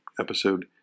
episode